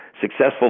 successful